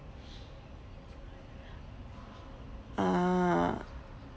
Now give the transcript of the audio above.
ah